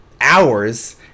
hours